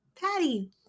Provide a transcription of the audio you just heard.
Patty